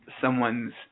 someone's